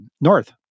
north